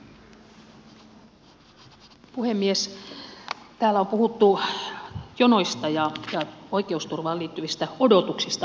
täällä on puhuttu jonoista ja oikeusturvaan liittyvistä odotuksista